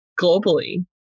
globally